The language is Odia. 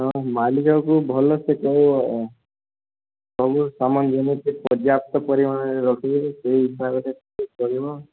ହଁ ମାଲିକ କୁ ଭଲ ସେ କହିବ ସବୁ ସାମାନ ଯେମିତି ପର୍ଯ୍ୟାପ୍ତ ପରିମାଣ ରେ ରଖିବେ ସେହି ହିସାବରେ ଚଳିବ